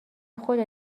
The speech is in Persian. خدا